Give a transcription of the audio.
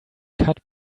cut